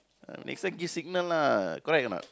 ah next time give signal lah correct or not